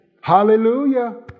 Hallelujah